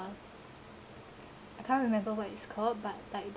I can't remember what it's called but like the